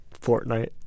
Fortnite